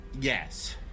Yes